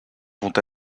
vont